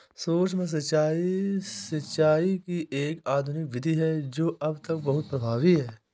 सूक्ष्म सिंचाई, सिंचाई की एक आधुनिक विधि है जो अब तक बहुत प्रभावी है